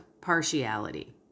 partiality